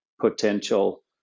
potential